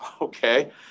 okay